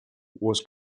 was